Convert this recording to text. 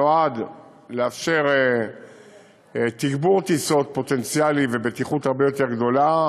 שנועד לאפשר תגבור טיסות פוטנציאלי ורמת בטיחות הרבה יותר גבוהה,